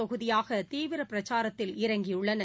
தொகுதியாக தீவிர பிரச்சாரத்தில் இறங்கியுள்ளார்கள்